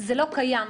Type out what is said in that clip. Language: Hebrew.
זה קיים.